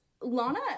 Lana